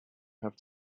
have